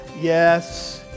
Yes